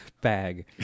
bag